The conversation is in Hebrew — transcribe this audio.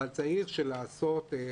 אבל צריך לעשות,